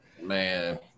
Man